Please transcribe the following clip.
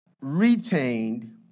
retained